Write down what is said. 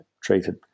treated